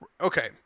Okay